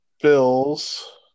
Bills